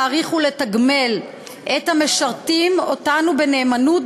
להעריך ולתגמל את המשרתים אותנו בנאמנות,